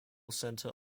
center